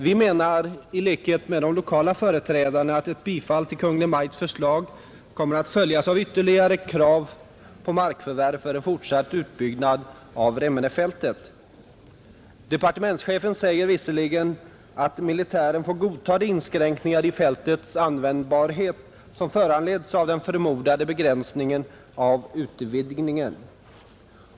Vi menar i likhet med de lokala företrädarna att ett bifall till Kungl. Maj:ts förslag kommer att följas av ytterligare krav på markförvärv för en fortsatt utbyggnad av Remmenefältet. Departementschefen säger visserligen att militären får godta de inskränkningar i fältets användbarhet, som föranleds av den förordade begränsningen av utvidgningen.